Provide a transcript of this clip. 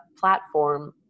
platform